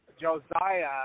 Josiah